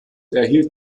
erhielt